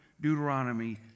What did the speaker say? Deuteronomy